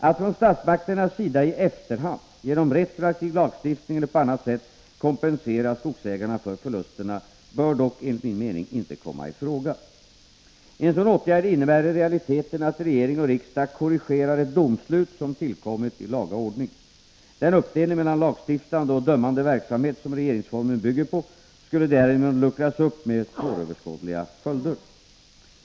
Att från statsmakternas sida i efterhand — genom retroaktiv lagstiftning eller på annat sätt — kompensera skogsägarna för förlusterna bör dock enligt min mening inte komma i fråga. Nr 18 En sådan åtgärd innebär i realiteten att regering och riksdag korrigerar ett Måndagen den domslut som tillkommit i laga ordning. Den uppdelning mellan lagstiftande — 7 november 1983 och dömande verksamhet som regeringsformen bygger på skulle därigenom luckras upp med svåröverskådliga följder.